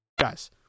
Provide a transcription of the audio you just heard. Guys